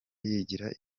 yigira